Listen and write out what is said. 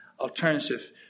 alternative